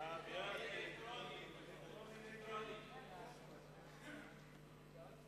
אין ההסתייגות של קבוצת סביבתי-חברתי לסעיף